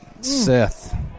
Seth